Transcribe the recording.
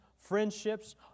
Friendships